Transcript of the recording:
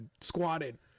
squatted